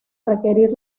requerir